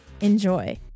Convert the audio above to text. Enjoy